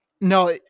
no